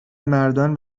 مردان